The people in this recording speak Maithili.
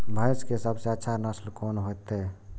भैंस के सबसे अच्छा नस्ल कोन होते?